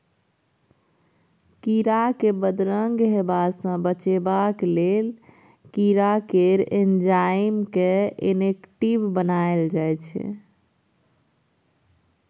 कीरा केँ बदरंग हेबा सँ बचेबाक लेल कीरा केर एंजाइम केँ इनेक्टिब बनाएल जाइ छै